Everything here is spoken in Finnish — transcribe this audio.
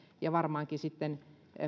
ja varmaankin sitten